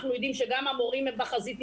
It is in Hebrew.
אנחנו יודעים שגם המורים נמצאים בחזית,